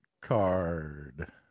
card